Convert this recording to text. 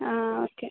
ആ ആ ഓക്കെ